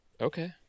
Okay